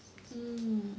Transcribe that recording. hmm